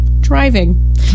Driving